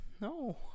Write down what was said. No